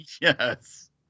Yes